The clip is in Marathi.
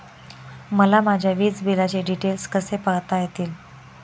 मला माझ्या वीजबिलाचे डिटेल्स कसे पाहता येतील?